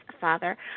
Father